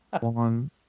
One